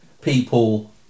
people